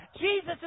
Jesus